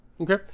Okay